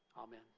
Amen